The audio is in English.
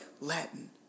Latin